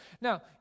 Now